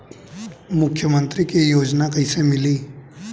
मुख्यमंत्री के योजना कइसे मिली?